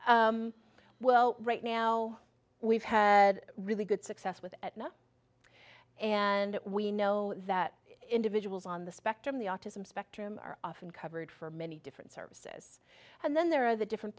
not well right now we've had really good success with and we know that individuals on the spectrum the autism spectrum are often covered for many different services and then there are the different